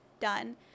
done